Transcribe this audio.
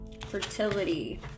Fertility